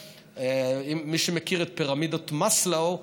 מי שמכיר את פירמידת מאסלו,